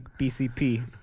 BCP